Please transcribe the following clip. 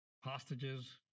hostages